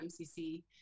MCC